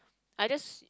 I just